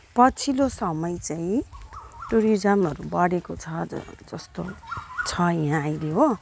पछिल्लो समय चाहिँ टुरिज्महरू बढेको छ जस्तो छ यहाँ अहिले हो